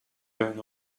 going